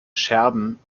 scherben